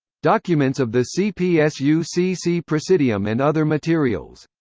documents of the cpsu cc presidium and other materials.